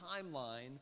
timeline